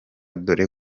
dore